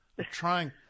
Trying